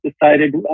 decided